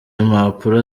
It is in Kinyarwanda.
mpapuro